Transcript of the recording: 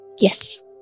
yes